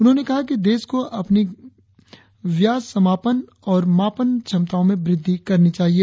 उन्होंने कहा कि देश को अपनी व्यासमापन और मापन क्षमताओं में वृद्धि करनी चाहिए